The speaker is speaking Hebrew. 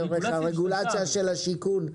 דרך הרגולציה של השיכון,